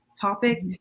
topic